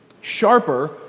sharper